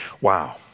Wow